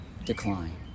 decline